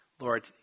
Lord